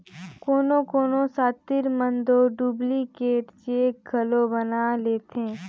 कोनो कोनो सातिर मन दो डुप्लीकेट चेक घलो बनाए लेथें